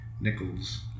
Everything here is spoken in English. nickels